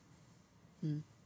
mm